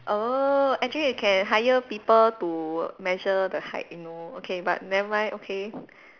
oh actually you can hire people to measure the height you know but okay never mind okay